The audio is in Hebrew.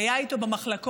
והיה איתו במחלקות,